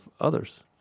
others